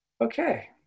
okay